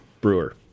brewer